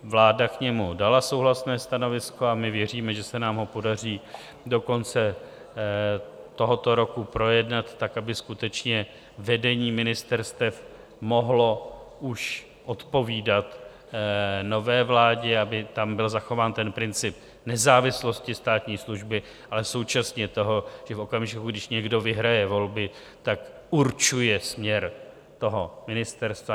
Vláda k němu dala souhlasné stanovisko a my věříme, že se nám ho podaří do konce tohoto roku projednat tak, aby skutečně vedení ministerstev mohlo už odpovídat nové vládě, aby tam byl zachován princip nezávislosti státní služby, ale současně toho, že v okamžiku, když někdo vyhraje volby, určuje směr toho ministerstva.